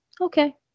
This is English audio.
okay